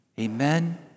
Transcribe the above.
Amen